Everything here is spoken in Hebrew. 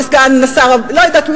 לא יודעת,